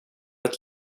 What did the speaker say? att